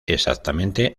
exactamente